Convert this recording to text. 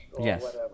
Yes